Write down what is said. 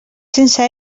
sense